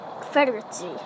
Confederacy